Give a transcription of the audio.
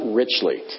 richly